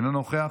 אינו נוכח,